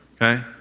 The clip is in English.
Okay